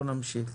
נמשיך,